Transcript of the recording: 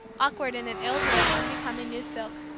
awkward in an ill-made unbecoming new silk,